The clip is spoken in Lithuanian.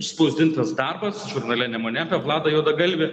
išspausdintas darbas žurnale nemune vladą juodagalvį